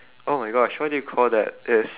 oh my gosh what do you call that it's